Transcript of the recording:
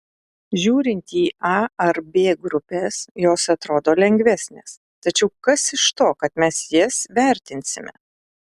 žiūrint į a ar b grupes jos atrodo lengvesnės tačiau kas iš to kad mes jas vertinsime